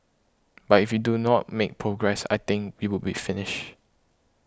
but if you do not make progress I think we would be finished